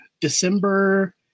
December